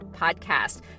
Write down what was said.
podcast